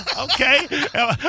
Okay